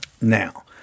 now